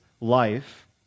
life